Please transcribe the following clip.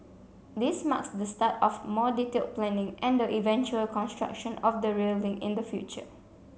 this marks the start of more detailed planning and the eventual construction of the rail link in the future